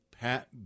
Pat